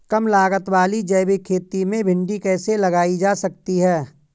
कम लागत वाली जैविक खेती में भिंडी कैसे लगाई जा सकती है?